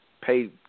pay